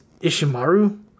Ishimaru